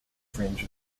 fringe